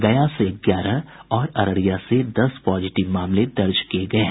गया से ग्यारह और अररिया से दस पॉजिटिव मामले दर्ज किये गये हैं